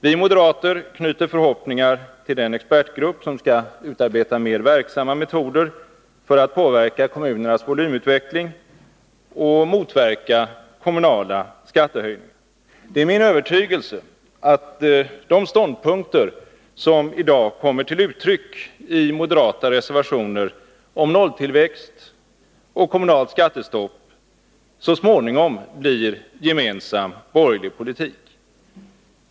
Vi moderater knyter förhoppningar till den expertgrupp som skall utarbeta mer verksamma metoder för att påverka kommunernas volymutveckling och motverka kommunala skattehöjningar. Det är min övertygelse att de ståndpunkter som i dag kommer till uttryck i moderata reservationer, om nolltillväxt och kommunalt skattestopp, så småningom blir gemensam borgerlig politik.